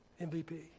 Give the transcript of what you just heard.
MVP